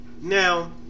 Now